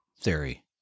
theory